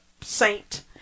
saint